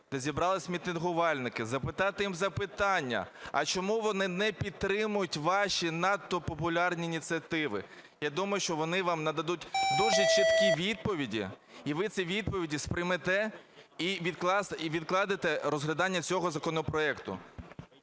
де зібрались мітингувальники, задати їм запитання, а чому вони не підтримують ваші надто популярні ініціативи. Я думаю, що вони вам нададуть дуже чіткі відповіді, і ви ці відповіді сприймете і відкладете розглядання цього законопроекту.